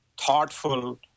thoughtful